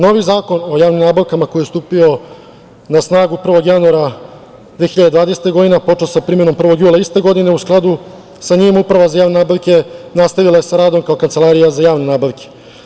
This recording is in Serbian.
Novi Zakon o javnim nabavkama koji je stupio na snagu 1. januara 2020. goidne, a počeo sa primenom 1. jula iste godine, u skladu sa njim, Uprava za javne nabavke nastavila je sa radom kao Kancelarija za javne nabavke.